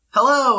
Hello